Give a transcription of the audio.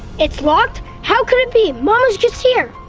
it's locked? how could it be? mom was just here.